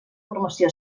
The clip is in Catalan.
formació